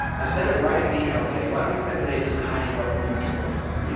instead of writing an email today, why don't we spend today designing what the future looks like?